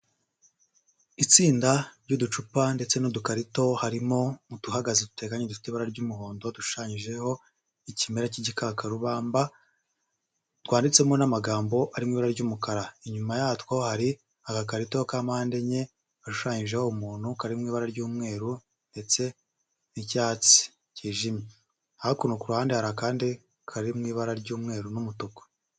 Itsinda ry'uducupa ndetse n'udukarito, harimo uduhagaze duteganye dufite ibara ry'umuhondo dushushanyijeho ikimera cy'igikakarubamba, twanditsemo n'amagambo arimo mw’ibara ry'umukara. Inyuma yatwo har’agakarito ka mpande enye gashushanyijeho umuntu karimo mw’ibara ry'umweru ndetse n'icyatsi kijimye, hakuno ku ruhande har’akandi kari mw’ibara ry'umweru n'umutuku.